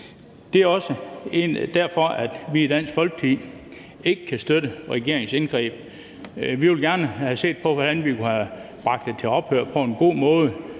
Det er også derfor, at vi i Dansk Folkeparti ikke kan støtte regeringens indgreb. Vi ville gerne have set på, hvordan vi kunne have bragt det til ophør på en god måde